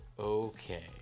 Okay